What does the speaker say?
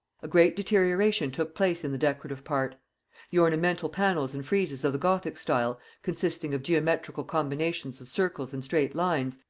a great deterioration took place in the decorative part the ornamental pannels and freizes of the gothic style, consisting of geometrical combinations of circles and straight lines,